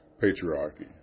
patriarchy